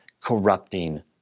corrupting